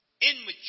Immature